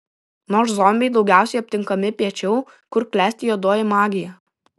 nors zombiai daugiausiai aptinkami piečiau kur klesti juodoji magija